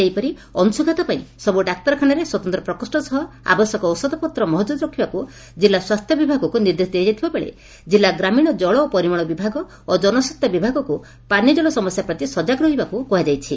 ସେହିପରି ଅଂଶୁଘାତ ପାଇଁ ସବୁ ଡାକ୍ତରଖାନରେ ସ୍ୱତନ୍ତ ପ୍ରକୋଷ୍ ସହ ଆବଶ୍ୟକ ଔଷଧପତ୍ର ମହକୁଦ ରଖିବାକୁ ଜିଲ୍ଲା ସ୍ୱାସ୍ଥ୍ୟ ବିଭାଗକୁ ନିର୍ଦ୍ଦେଶ ଦିଆଯାଇଥିବାବେଳେ ଜିଲ୍ଲା ଗ୍ରାମୀଶ ଜଳ ଓ ପରିମଳ ବିଭାଗ ଏବଂ ଜନସ୍ୱାସ୍ଥ୍ୟ ବିଭାଗକୁ ପାନୀୟ ଜଳ ସମସ୍ୟା ପ୍ରତି ସଜାଗ ରହିବାକୁ କୁହାଯାଇଛି